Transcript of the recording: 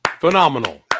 phenomenal